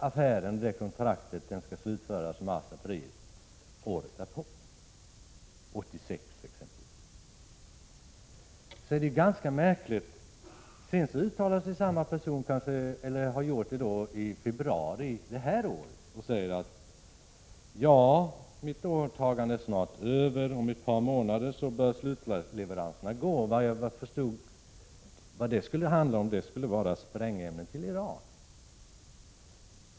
Affären skall slutföras mars—april 1986. Sedan uttalar sig kanske samma person i februari 1987 och säger: Mitt åtagande är snart över. Om ett par månader bör slutleveranserna gå, och så vitt jag förstår handlar det om sprängämnen till Iran.